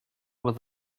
with